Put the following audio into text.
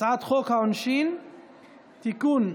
הצעת חוק העונשין (תיקון,